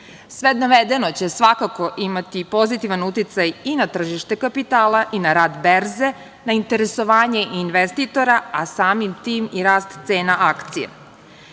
navedeno će svakako imati pozitivan uticaj i na tržište kapitala i na rad berze, na interesovanje investitora, a samim tim i na rast cena akcije. Zbog